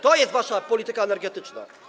To jest wasza polityka energetyczna.